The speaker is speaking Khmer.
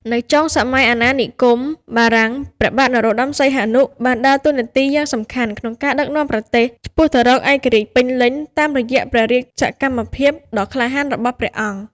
នៅចុងសម័យអាណានិគមបារាំង ព្រះបាទនរោត្ដម សីហនុ បានដើរតួនាទីយ៉ាងសំខាន់ក្នុងការដឹកនាំប្រទេសឆ្ពោះទៅរកឯករាជ្យពេញលេញ តាមរយៈព្រះរាជសកម្មភាពដ៏ក្លាហានរបស់ព្រះអង្គ។